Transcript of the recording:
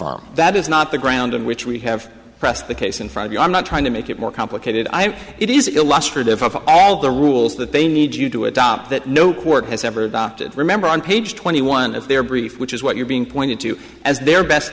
farm that is not the ground on which we have pressed the case in front of you i'm not trying to make it more complicated i it is illustrative of all the rules that they need you to adopt that no court has ever adopted remember on page twenty one of their brief which is what you're being pointed to as their best